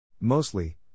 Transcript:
Mostly